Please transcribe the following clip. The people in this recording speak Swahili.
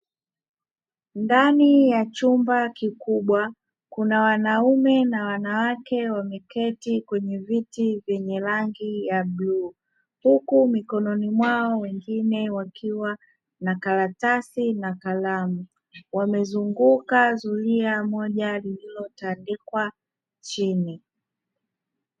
Ndani ya chumba kikubwa kuna wanaume na wanawake wameketi kwenye viti vyenye rangi ya bluu, huku mikononi mwao wengine wakiwa na karatasi na kalamu; wamezunguka zulia moja lililotandikwa chini.